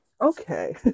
Okay